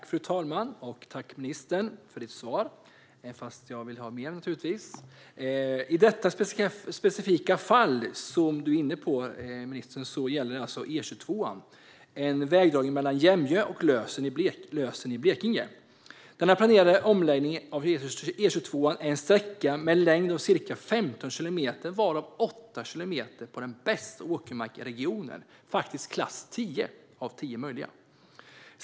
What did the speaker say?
Fru talman! Tack, ministern, för ditt svar, fast jag naturligtvis vill ha mer. Det specifika fall som ministern är inne på gäller E22 och en väg dragen mellan Jämjö och Lösen i Blekinge. Den planerade omläggningen av E22 är en sträcka med en längd av ca 15 kilometer varav 8 kilometer är på den bästa åkermarken i regionen. Det är klass tio av tio möjliga.